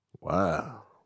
Wow